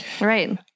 Right